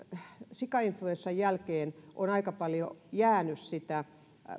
sikainfluenssan jälkeen on aika paljon jäänyt sitä